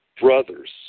brothers